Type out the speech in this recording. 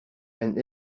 and